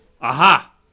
aha